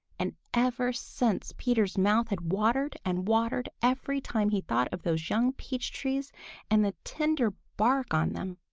and ever since peter's mouth had watered and watered every time he thought of those young peach trees and the tender bark on them.